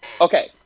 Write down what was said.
Okay